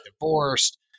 divorced